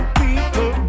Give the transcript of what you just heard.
people